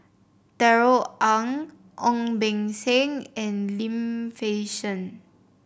Darrell Ang Ong Beng Seng and Lim Fei Shen